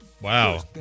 wow